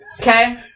Okay